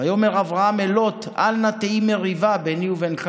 ויאמר אברם אל לוט אל נא תהי מריבה ביני ובינך